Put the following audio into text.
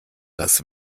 das